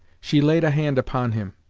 she laid a hand upon him.